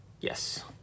Yes